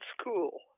school